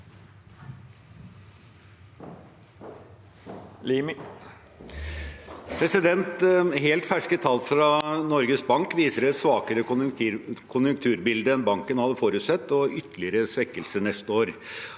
Helt ferske tall fra Norges Bank viser et svakere konjunkturbilde enn banken hadde forutsett, og ytterligere svekkelse neste år.